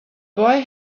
boy